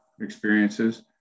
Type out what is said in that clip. experiences